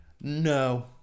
no